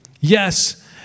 Yes